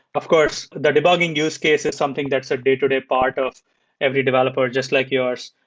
of course, the debugging use case is something that's a day-to-day part of every developer just like yours,